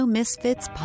Misfits